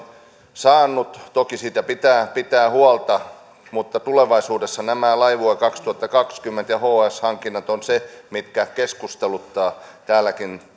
saanut toki siitä pitää pitää huolta mutta tulevaisuudessa nämä laivue kaksituhattakaksikymmentä ja hx hankinnat ovat ne mitkä varmaan keskusteluttavat täälläkin